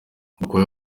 gakwaya